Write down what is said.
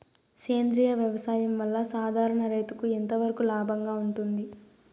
సేంద్రియ వ్యవసాయం వల్ల, సాధారణ రైతుకు ఎంతవరకు లాభంగా ఉంటుంది?